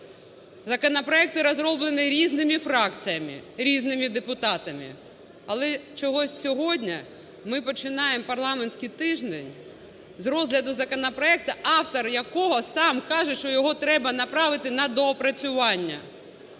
законопроекти розроблені різними фракціями, різними депутатами. Але чогось сьогодні ми починаємо парламентський тиждень з розгляду законопроекту, автор якого сам каже, що його треба направити на доопрацювання.